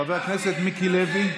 חבר הכנסת מיקי לוי?